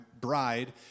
bride